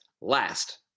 last